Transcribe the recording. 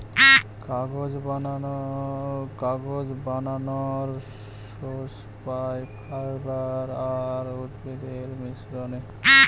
কাগজ বানানর সোর্স পাই ফাইবার আর উদ্ভিদের মিশ্রনে